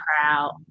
proud